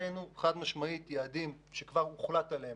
יש יעדים שכבר הוחלט עליהם,